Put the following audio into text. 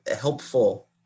helpful